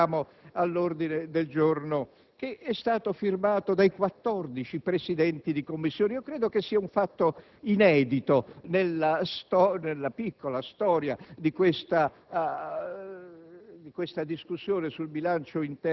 parola. Andiamo ora all'ordine del giorno, che è stato firmato dai 14 Presidenti di Commissione. Credo che sia un fatto inedito nella piccola storia di questa